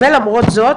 למרות זאת,